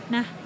Nah